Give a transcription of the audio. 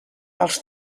els